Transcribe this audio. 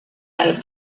del